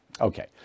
okay